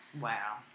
wow